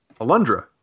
Alundra